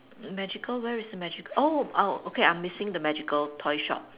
the magical where is the magical oh oh okay I'm missing the magical toy shop